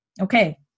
Okay